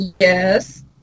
Yes